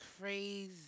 crazy